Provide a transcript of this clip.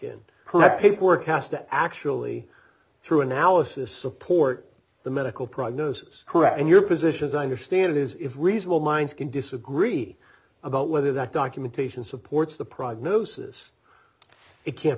have paperwork has to actually through analysis support the medical prognosis correct and your position as i understand it is it's reasonable minds can disagree about whether that documentation supports the prognosis it can't